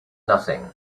nothing